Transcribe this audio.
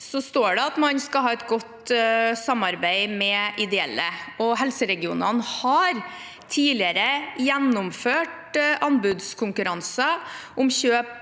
står det at man skal ha et godt samarbeid med ideelle, og helseregionene har tidligere gjennomført anbudskonkurranser om kjøp